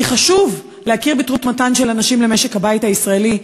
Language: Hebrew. כי חשוב להכיר בתרומתן של הנשים למשק הבית הישראלי,